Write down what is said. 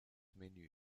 menü